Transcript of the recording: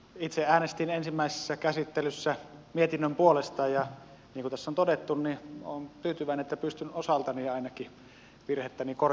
itse äänestin ensimmäisessä käsittelyssä mietinnön puolesta ja niin kuin tässä on todettu niin olen tyytyväinen että pystyn osaltani ainakin virhettäni korjaamaan